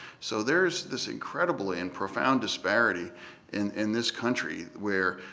so there is this incredible and profound disparity in in this country where,